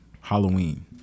halloween